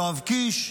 יואב קיש,